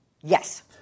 Yes